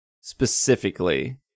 specifically